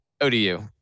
ODU